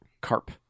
Carp